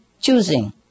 choosing